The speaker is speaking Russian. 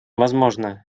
возможно